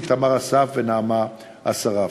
איתמר אסף ונעמה אסרף.